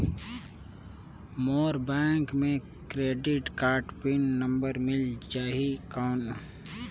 मोर bank मे credit card pin number मिल जाहि कौन?